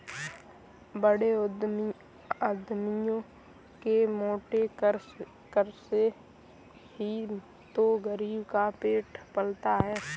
बड़े उद्यमियों के मोटे कर से ही तो गरीब का पेट पलता है